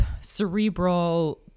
cerebral